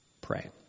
Pray